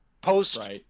post